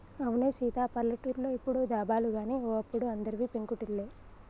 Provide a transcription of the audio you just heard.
అవునే సీత పల్లెటూర్లో ఇప్పుడు దాబాలు గాని ఓ అప్పుడు అందరివి పెంకుటిల్లే